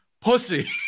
pussy